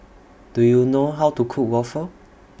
Do YOU know How to Cook Waffle